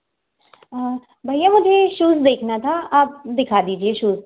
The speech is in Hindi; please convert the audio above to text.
भैया मुझे शूज़ देखना था आप दिखा दीजिए शूज़